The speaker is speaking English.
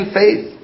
faith